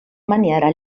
maniera